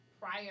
Prior